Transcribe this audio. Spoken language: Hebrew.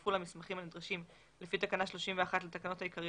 וצורפו לה המסמכים הנדרשים לפי תקנה 31 כנוסחה